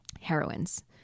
Heroines